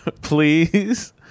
Please